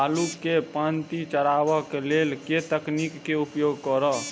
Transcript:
आलु केँ पांति चरावह केँ लेल केँ तकनीक केँ उपयोग करऽ?